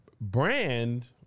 brand